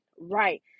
right